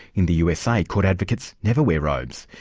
in the usa, court advocates never wear robes.